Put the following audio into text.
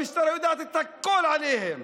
המשטרה יודעת את הכול עליהם.